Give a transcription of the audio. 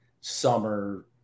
summer